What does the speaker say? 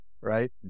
right